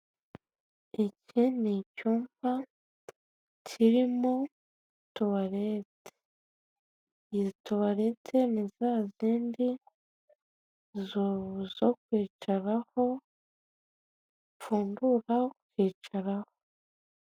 Iki ni icyumba kirimo tuwarete iyi tuwarete nizazindi zo kwicaraho upfundura ukicaraho.